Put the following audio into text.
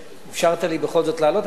שאפשרת לי בכל זאת לעלות.